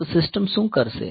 તો સિસ્ટમ શું કરશે